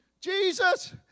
Jesus